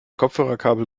kopfhörerkabel